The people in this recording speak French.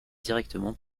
directement